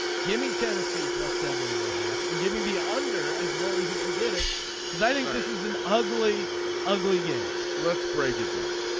give me tennessee plus seven and a half and give me the under as low as you can get it because i think this is an ugly ugly game. let's break it down.